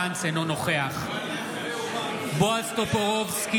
אין לכם אומץ להביע עמדה?